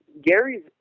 Gary's